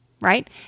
right